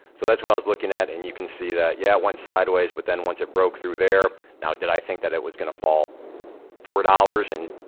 so, that's what i was looking at and you can see that, yeah, it went sideways, but then, once it broke through there, now, did i think that it was gonna fall four dollars in,